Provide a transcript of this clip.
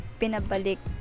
pinabalik